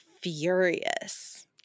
furious